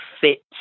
fit